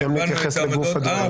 גם להתייחס לגוף הדברים.